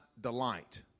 delight